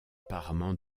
parement